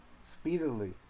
speedily